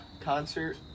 concert